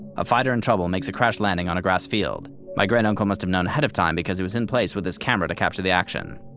a fighter in trouble makes a crash landing on a grass field. my great uncle must have known ahead of time, because he was in place with his camera to capture the action.